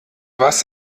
was